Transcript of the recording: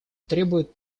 требуют